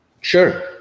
Sure